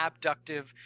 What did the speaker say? abductive